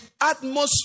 atmosphere